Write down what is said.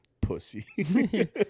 pussy